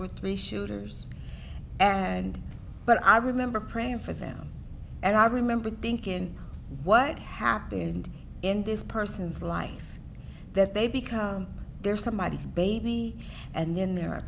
were three shooters and but i remember praying for them and i remember thinking what happened in this person's life that they because there's somebody is baby and then there are